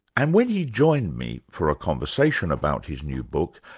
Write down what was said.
and when he joined me for a conversation about his new book,